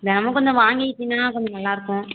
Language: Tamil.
தினமும் கொஞ்சம் வாங்கிக்கிட்டின்னா கொஞ்சம் நல்லாயிருக்கும்